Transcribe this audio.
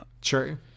True